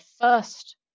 first